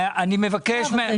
תאמרי את.